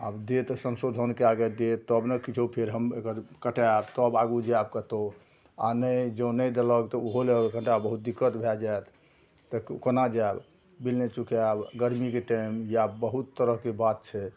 आब देत सँशोधन कै के देत तब ने किछु फेर हम एकर कटाएब तब आगू जाएब कतहु आओर नहि जँ नहि देलक तऽ ओहोले कनिटा बहुत दिक्कत भए जाएत तऽ कोना जाएब बिल नहि चुकाएब गरमीके टाइम या बहुत तरहके बात छै